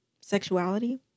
sexuality